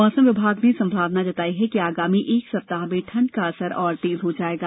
मौसम विभाग ने संभावना जताई है कि आगामी एक सप्ताह में ठंड का असर और तेज हो जाएगा